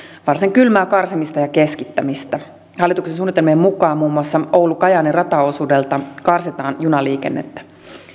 varsin kylmää karsimista ja keskittämistä hallituksen suunnitelmien mukaan muun muassa oulu kajaani rataosuudelta karsitaan junaliikennettä